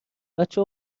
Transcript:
بچه